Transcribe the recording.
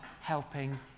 helping